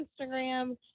Instagram